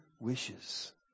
wishes